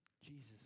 Jesus